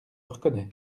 reconnais